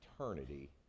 eternity